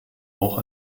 auch